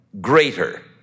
greater